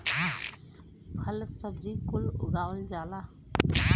फल सब्जी कुल उगावल जाला